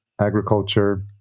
agriculture